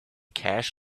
cash